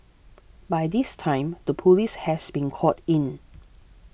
by this time the police has been called in